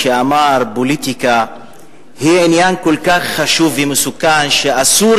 שאמר: פוליטיקה היא עניין כל כך חשוב ומסוכן שאסור